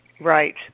Right